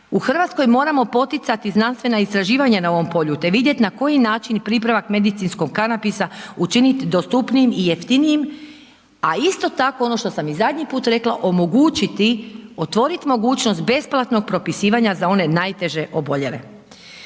U RH moramo poticati znanstvena istraživanja na ovom polju, te vidjet na koji način pripravak medicinskog kanabisa učinit dostupnijim i jeftinijim, a isto tako ono što sam zadnji put rekla, omogućiti, otvorit mogućnost besplatnog propisivanja za one najteže oboljele.